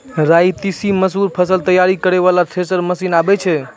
राई तीसी मसूर फसल तैयारी करै वाला थेसर मसीन आबै छै?